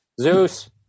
Zeus